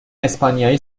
اسپانیایی